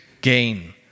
gain